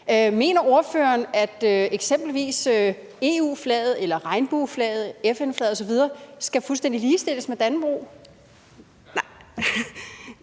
Mener ordføreren, at eksempelvis EU-flaget, regnbueflaget, FN-flaget osv. skal fuldstændig ligestilles med Dannebrog? Kl.